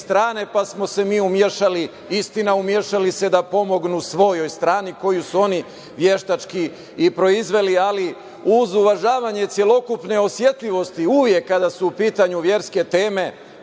pa smo se mi umešali, istina, umešali se da pomognu svojoj strani, koju su oni veštački i proizveli, ali uz uvažavanje celokupne osetljivosti uvek kada su u pitanju verske teme,